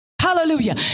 Hallelujah